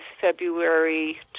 February